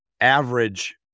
average